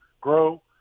grow